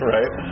Right